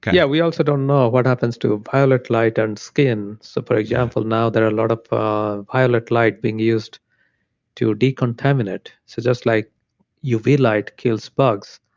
yeah. we also don't know what happens to violet light on skin. for so but example, now there are lot of ah violet light being used to decontaminate. so just like uv light kills bugs,